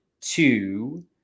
two